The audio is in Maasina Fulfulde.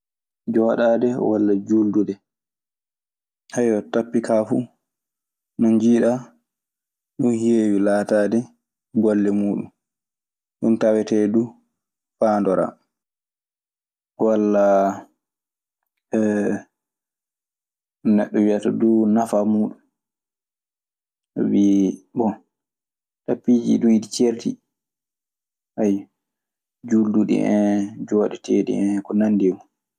Faa heɓa yiya hoore muuɗum. tappi kaa fu no njiiɗaa ɗun heewi laataade golle muuɗun. Ɗun tawetee du faandoraa. Walla neɗɗo wiyata duu nafaa muuɗun. Sabii, bon tappiiji du iɗi ceerti, ayyo: juulduɗi en, jooɗeteeɗi en, ko nanndi e mun.